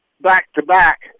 back-to-back